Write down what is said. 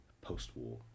post-war